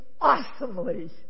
awesomely